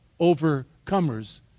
overcomers